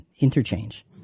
interchange